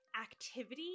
activity